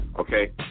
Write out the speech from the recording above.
Okay